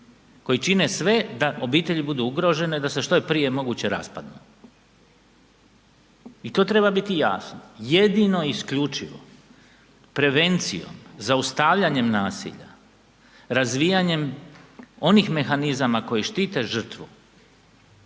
koji čine sve da obitelji budu ugrožene da se što je moguće prije raspadnu i to treba biti jasno. Jedino isključivo prevencijom, zaustavljanjem nasilja, razvijanjem onih mehanizama koji štite žrtvu